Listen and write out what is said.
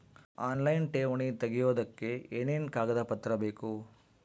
Online ಠೇವಣಿ ತೆಗಿಯೋದಕ್ಕೆ ಏನೇನು ಕಾಗದಪತ್ರ ಬೇಕು?